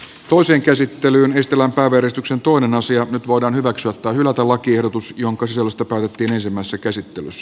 tuo sen käsittelyyn histellä verestyksen tuon nyt voidaan hyväksyä tai hylätä lakiehdotus jonka sisällöstä päätettiin ensimmäisessä käsittelyssä